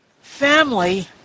family